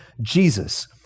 Jesus